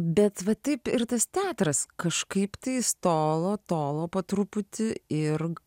bet va taip ir tas teatras kažkaip tai jis tolo tolo po truputį ir